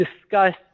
discuss